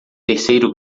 terceiro